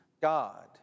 God